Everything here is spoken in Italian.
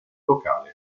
locali